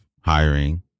hiring